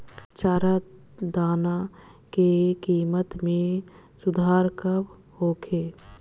चारा दाना के किमत में सुधार कब होखे?